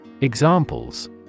Examples